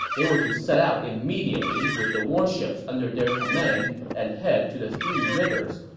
they were to set out immediately with the warships under their command and head to the three rivers,